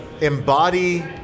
embody